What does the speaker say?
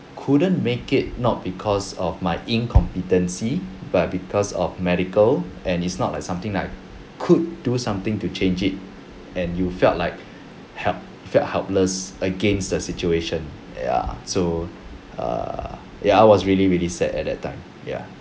couldn't make it not because of my incompetency but because of medical and it's not like something I could do something to change it and you felt like help felt helpless against the situation ya so err ya I was really really sad at that time ya